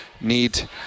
need